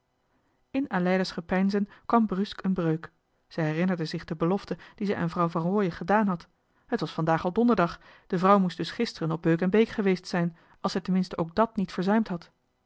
in aleida's gepeinzen kwam bruusk een breuk zij herinnerde zich de belofte die zij aan vrouw van rooien gedaan had het was vandaag al donderjohan de meester de zonde in het deftige dorp dag de vrouw moest dus gisteren op beuk en beek geweest zijn als zij ten minste ook dat niet verzuimd had